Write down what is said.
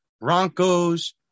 Broncos